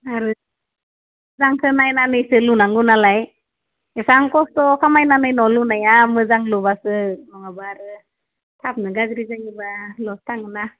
आरो दामखो नायनानैसो लुनांगौ नालाय एसां खस्थ' खामायनानै न' लुनाया मोजां लुब्लासो नङाब्ला आरो थाबनो गाज्रि जायोब्ला लस थाङोना